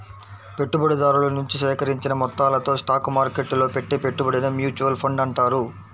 పెట్టుబడిదారుల నుంచి సేకరించిన మొత్తాలతో స్టాక్ మార్కెట్టులో పెట్టే పెట్టుబడినే మ్యూచువల్ ఫండ్ అంటారు